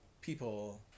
people